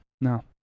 No